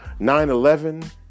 9-11